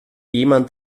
jemand